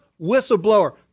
whistleblower